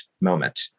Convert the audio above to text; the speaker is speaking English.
moment